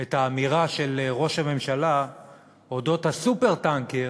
את האמירה של ראש הממשלה אודות ה"סופר-טנקר"